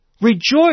rejoice